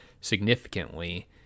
significantly